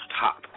top